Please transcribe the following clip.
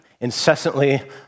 incessantly